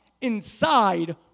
inside